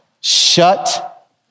Shut